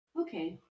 okay